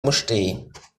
mustér